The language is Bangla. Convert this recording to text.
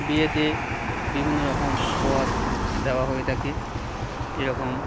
বিয়েতে বিভিন্ন রকম উপহার দেওয়া হয়ে থাকে যেরকম